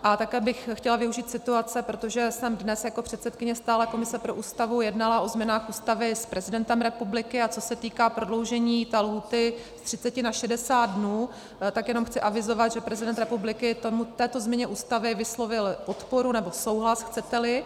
A také bych chtěla využít situace, protože jsem dnes jako předsedkyně stálé komise pro Ústavu jednala o změnách Ústavy s prezidentem republiky, a co se týká prodloužení té lhůty z třiceti na šedesát dnů, tak jenom chci avizovat, že prezident republiky této změně Ústavy vyslovil podporu, nebo souhlas, chceteli.